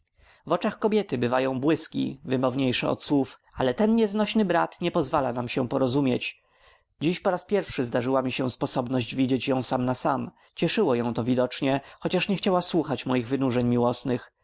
w oczach kobiety bywają błyski wymowniejsze od słów ale ten nieznośny brat nie pozwala nam się porozumieć dziś po raz pierwszy zdarzyła mi się sposobność widzieć ją sam na sam cieszyło ją to widocznie choć nie chciała słuchać moich wynurzeń miłosnych